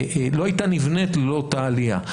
לא הייתה נבנית ללא אותה עלייה.